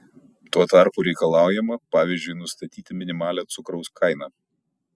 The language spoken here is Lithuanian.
tuo tarpu reikalaujama pavyzdžiui nustatyti minimalią cukraus kainą